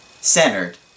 Centered